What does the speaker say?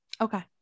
Okay